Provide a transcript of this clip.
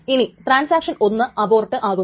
ഇനി transaction 1 abort ആകുന്നു